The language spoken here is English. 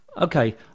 okay